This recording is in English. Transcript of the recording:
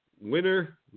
winner